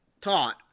taught